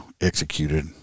executed